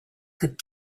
could